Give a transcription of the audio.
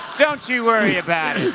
don't you worry about